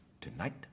tonight